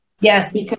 Yes